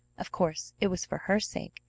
of course it was for her sake,